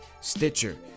Stitcher